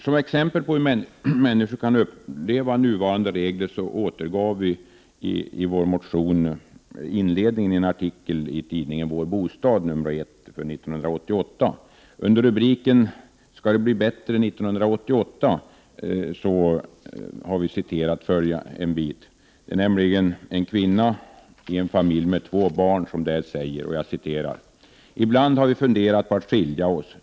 Som exempel på hur människor kan uppleva nuvarande regler återgav vi i vår motion inledningen av en artikel i tidningen Vår bostad, nr 1 för 1988, med rubriken ”Ska vi få det bättre 19882”. Kvinnan i en familj med två barn säger där: ”Ibland har vi funderat på att skilja oss.